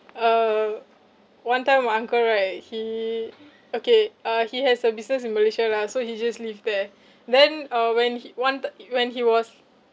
uh one time my uncle right he okay uh he has a business in malaysia lah so he just live there then uh when he wanted i~ when he was